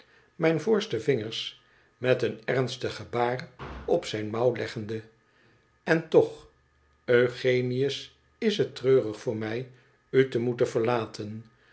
mijn voorste vingers met een ernstig gebaar op zijn mouw leggende en toch eugenius is t treurig voor mij u te moeten verlaten